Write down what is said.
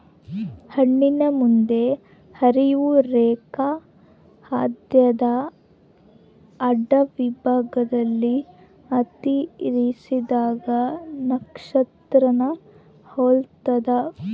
ಹಣ್ಣುನ ಬದಿ ಹರಿಯುವ ರೇಖೆ ಹೊಂದ್ಯಾದ ಅಡ್ಡವಿಭಾಗದಲ್ಲಿ ಕತ್ತರಿಸಿದಾಗ ನಕ್ಷತ್ರಾನ ಹೊಲ್ತದ